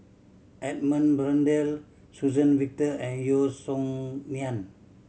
Edmund Blundell Suzann Victor and Yeo Song Nian